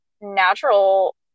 natural